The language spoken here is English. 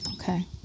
Okay